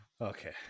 Okay